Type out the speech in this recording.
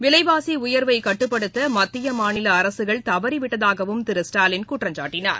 விலைவாசிஉயர்வைகட்டுப்படுத்தமத்திய மாநிலஅரசுகள் தவறிவிட்டதாகவும் திரு ஸ்டாலின் குற்றம் சாட்டினார்